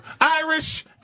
Irish